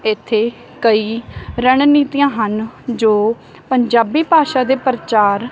ਇੱਥੇ ਕਈ ਰਣਨੀਤੀਆਂ ਹਨ ਜੋ ਪੰਜਾਬੀ ਭਾਸ਼ਾ ਦੇ ਪ੍ਰਚਾਰ